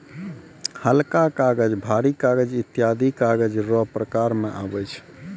हलका कागज, भारी कागज ईत्यादी कागज रो प्रकार मे आबै छै